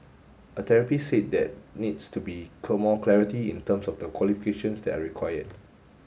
a therapist said that needs to be more clarity in terms of the qualifications that are required